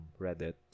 Reddit